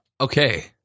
Okay